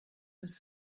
was